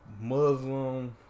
Muslim